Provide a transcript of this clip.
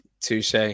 Touche